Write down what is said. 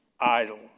idle